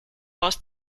aus